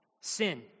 sin